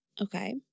Okay